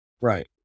right